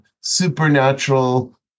supernatural